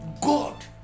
God